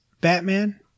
Batman